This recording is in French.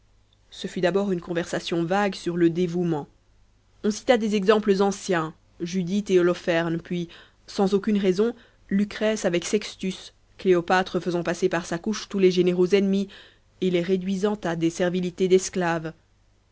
ce fut d'abord une conversation vague sur le dévouement on cita des exemples anciens judith et holopherne puis sans aucune raison lucrèce avec sextus cléopâtre faisant passer par sa couche tous les généraux ennemis et les réduisant à des servilités d'esclave